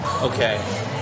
Okay